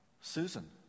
Susan